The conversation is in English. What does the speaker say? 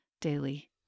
daily